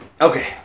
Okay